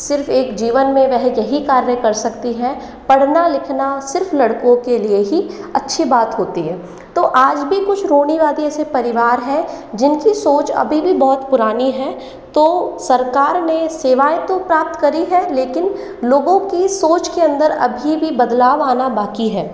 सिर्फ एक जीवन में वह यही कार्य कर सकती है पढ़ना लिखना सिर्फ लड़कों के लिए ही अच्छी बात होती है तो आज भी कुछ रूढ़िवादी ऐसे परिवार हैं जिनकी सोच अभी भी बहुत पुरानी है तो सरकार ने सेवाएँ तो प्राप्त करी हैं लेकिन लोगों की सोच के अंदर अभी भी बदलाव आना बाकी है